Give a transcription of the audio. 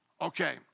Okay